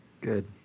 Good